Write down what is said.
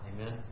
Amen